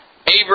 Abram